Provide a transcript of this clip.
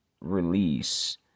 release